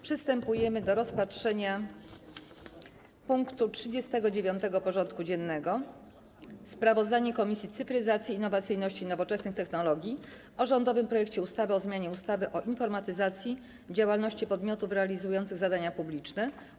Przystępujemy do rozpatrzenia punktu 39. porządku dziennego: Sprawozdanie Komisji Cyfryzacji, Innowacyjności i Nowoczesnych Technologii o rządowym projekcie ustawy o zmianie ustawy o informatyzacji działalności podmiotów realizujących zadania publiczne,